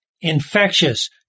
infectious